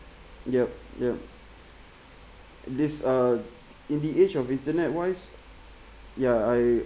yup yup this uh in the age of internet wise ya I